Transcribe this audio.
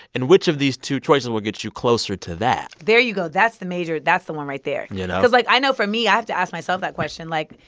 and which of these two choices will get you closer to that? there you go. that's the major that's the one right there you know? because, like, i know for me, i have to ask myself that question. like,